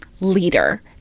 leader